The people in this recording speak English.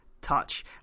touch